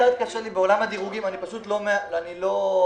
קצת קשה לי לתעדף בעולם הדירוגים, אני לא רופא.